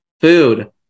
Food